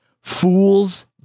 Fools